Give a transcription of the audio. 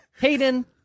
Hayden